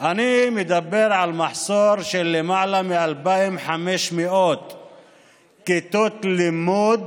אני מדבר על מחסור של למעלה מ-2,500 כיתות לימוד